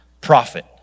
prophet